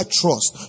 trust